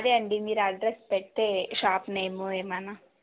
అదే అండి మీరు అడ్రస్ పెట్టతే షాప్ నేము ఏమైనా